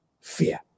fear